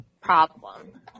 problem